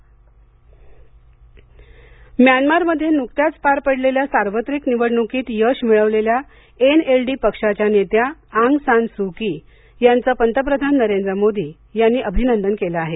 पंतप्रधान म्यानमारमध्ये नुकत्याच पार पडलेल्या सार्वत्रिक निवडणुकीत यश मिळवलेल्या एन एल डी पक्षाच्या नेत्या आंग सान सु की यांचं पंतप्रधान नरेंद्र मोदी यांनी अभिनंदन केलं आहे